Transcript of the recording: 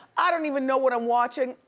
i don't even know what i'm watching,